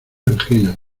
anginas